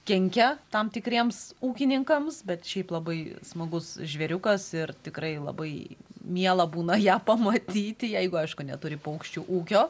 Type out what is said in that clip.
kenkia tam tikriems ūkininkams bet šiaip labai smagus žvėriukas ir tikrai labai miela būna ją pamatyti jeigu aišku neturi paukščių ūkio